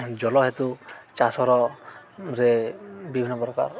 ଜଳ ହେତୁ ଚାଷର ରେ ବିଭିନ୍ନ ପ୍ରକାର